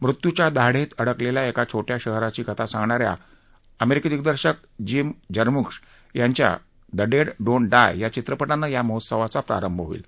मृत्यूच्या दाढेत अडकलेल्या एका छोट्या शहराची कथा सांगणा या अमेरिकी दिग्दर्शक जिम जर्मुश्व यांच्या द डेड डोन्ट डाय या चित्रपटानं या महोत्सवाचा प्रारंभ होईल